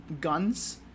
guns